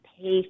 pay